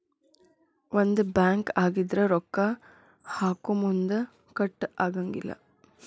ಒಂದ ಬ್ಯಾಂಕ್ ಆಗಿದ್ರ ರೊಕ್ಕಾ ಹಾಕೊಮುನ್ದಾ ಕಟ್ ಆಗಂಗಿಲ್ಲಾ